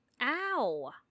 Ow